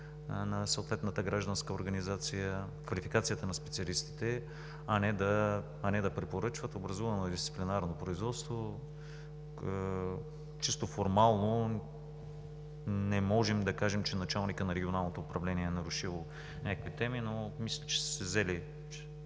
на съответната гражданска организация, а не да препоръчват. Образувано е дисциплинарно производство. Чисто формално не можем да кажем, че началникът на Регионалното управление е нарушил някакви теми, но мисля, че тя и